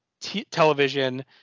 television